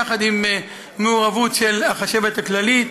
יחד עם מעורבות של החשבת הכללית,